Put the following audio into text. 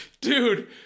Dude